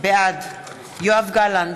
בעד יואב גלנט,